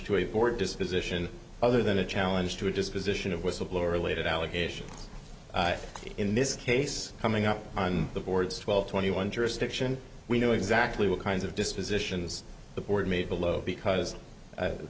a board disposition other than a challenge to a disposition of whistleblower related allegations in this case coming up on the boards twelve twenty one jurisdiction we know exactly what kinds of dispositions the board made below because